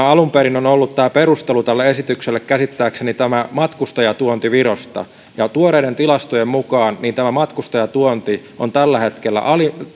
alun perin on on ollut perustelu tälle esitykselle käsittääkseni tämä matkustajatuonti virosta tuoreiden tilastojen mukaan tämä matkustajatuonti on tällä hetkellä